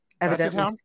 evidently